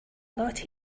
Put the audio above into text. lot